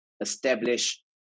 establish